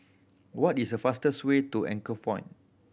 what is the fastest way to Anchorpoint